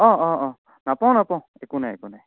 অঁ অঁ অঁ নাপাওঁ নাপাওঁ একো নাই একো নাই